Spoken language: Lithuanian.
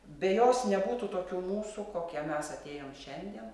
be jos nebūtų tokių mūsų kokie mes atėjom šiandien